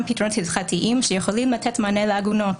פתרונות הלכתיים שיכולים לתת מענה לעגונות,